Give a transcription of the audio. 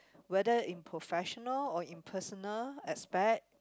whether in professional or in personal aspect